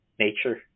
nature